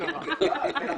כבר קרה.